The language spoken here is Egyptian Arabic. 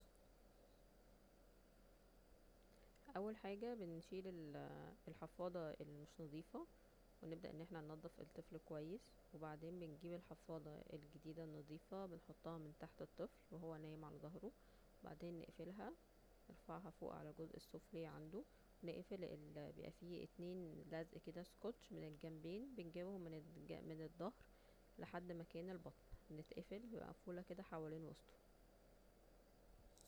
اول حاجه بنشيل الحفاضة ال مش نضيفة ونبدأ أن احنا ننضف الطفل كويس وبعدين بنجيب الحفاضة الجديدة النضيفة بنحطها من تحت الطفل وهو نائم على ضهره وبعدين نقفلها ونرفعها فوق على الجزء السفلي عنده نقفل اللي بيبقا في اتنين لزق كده سكوتش من الجنبين بنجيبهم من ال من الضهر لحد مكان البطن بنتقفل بتبقا مقفولة كده حوالين وسطه